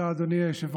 תודה, אדוני היושב-ראש.